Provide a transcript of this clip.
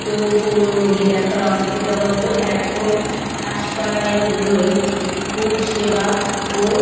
খুব রোগী দেখার অসুবিধা হতো এখন হাসপাতালগুলোয় খুব সেবা ও